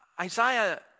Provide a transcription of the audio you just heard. Isaiah